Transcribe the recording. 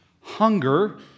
Hunger